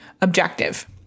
objective